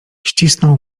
ścisnął